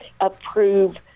approve